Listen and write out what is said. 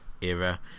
era